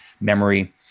memory